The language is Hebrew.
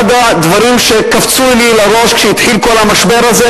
אחד הדברים שקפצו לי לראש כשהתחיל כל המשבר הזה,